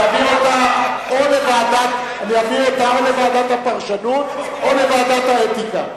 אני אעביר אותה או לוועדת הפרשנות או לוועדת האתיקה,